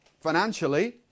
financially